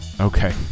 Okay